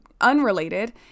unrelated